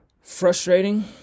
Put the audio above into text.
frustrating